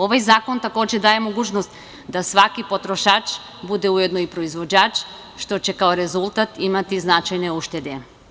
Ovaj zakon, takođe, daje mogućnost da svaki potrošač bude ujedno i proizvođač, što će kao rezultat imati značajne uštede.